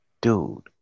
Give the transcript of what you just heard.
Dude